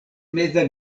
meza